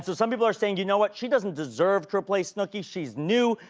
some people are saying, you know what? she doesn't deserve to replace snooki. she's new.